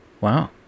Wow